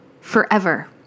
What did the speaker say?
forever